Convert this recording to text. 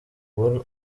paul